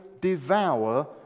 devour